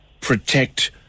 protect